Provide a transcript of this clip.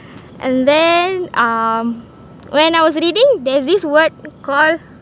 and then um when I was reading there's this word called